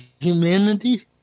humanity